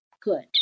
good